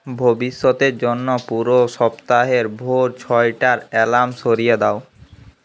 ভবিষ্যতের জন্য পুরো সপ্তাহের ভোর ছয়টার অ্যালার্ম সরিয়ে দাও